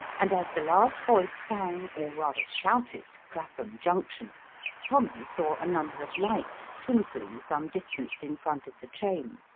and as the last voice sang, or rather shouted, clappum junction tommy saw a number of lights twinkling some distance in front of the train.